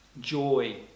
joy